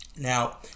Now